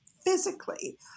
physically